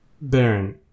Baron